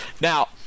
Now